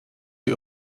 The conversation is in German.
die